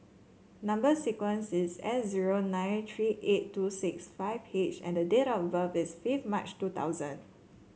number sequence is S zero nine tree eight two six five H and date of birth is fifth March two thousand